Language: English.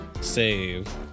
save